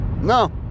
No